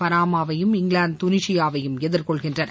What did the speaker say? பனாமாவையும் England துனிசியாவையும் எதிர்கொள்கின்றன